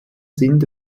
sind